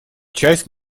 часть